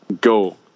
go